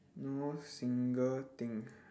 do single thing